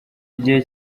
igihe